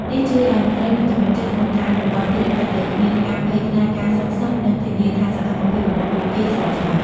នេះជួយឲ្យមន្ត្រីមានទំនុកចិត្តក្នុងការអនុវត្តភារកិច្ចដោយគ្មានការភ័យខ្លាចការសងសឹក និងធានាថាសកម្មភាពរបស់ពួកគេស្របច្បាប់។